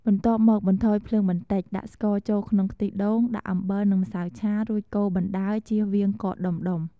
បន្ទាប់មក បន្ថយភ្លើងបន្តិច ដាក់ស្ករចូលក្នុងខ្ទិះដូង ដាក់អំបិលនិងម្សៅឆា រួចកូរបណ្តើរជៀសវាងកកដុំៗ។